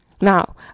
Now